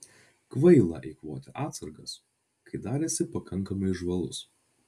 kvaila eikvoti atsargas kai dar esi pakankamai žvalus